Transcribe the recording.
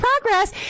progress